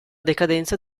decadenza